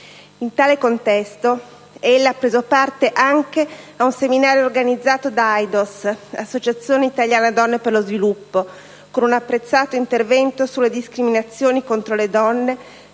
In tale contesto ella ha preso parte anche ad un seminario organizzato da AIDOS (Associazione italiana donne per lo sviluppo) con un apprezzato intervento sulle discriminazioni contro le donne